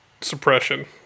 suppression